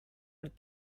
what